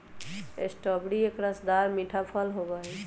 strawberry एक रसदार मीठा फल होबा हई